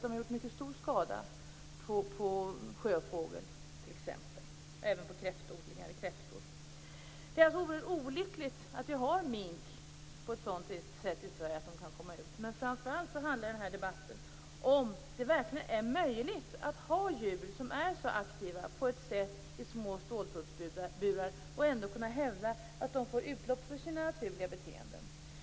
De har gjort stor skada på t.ex. sjöfågel och kräftor. Det är olyckligt att mink hålls på ett sådant sätt i Sverige att de kan komma ut. Framför allt handlar debatten om huruvida det verkligen är möjligt att hålla djur som är så aktiva i små ståltrådsburar och ändå hävda att de får utlopp för sina naturliga beteenden.